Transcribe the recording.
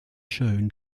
shown